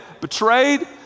betrayed